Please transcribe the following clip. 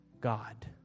God